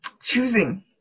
choosing